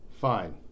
Fine